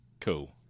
Cool